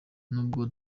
n’ubwo